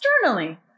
externally